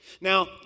Now